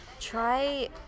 try